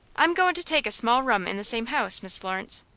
i'm goin' to take a small room in the same house, miss florence.